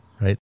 right